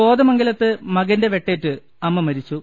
കോതമംഗലത്ത് മകന്റെ വെട്ടേറ്റ് അമ്മ മരിച്ചു